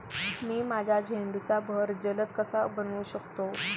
मी माझ्या झेंडूचा बहर जलद कसा बनवू शकतो?